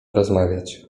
rozmawiać